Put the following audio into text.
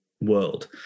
world